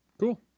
Cool